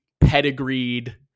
pedigreed